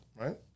right